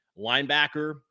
Linebacker